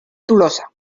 tolosa